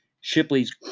Shipley's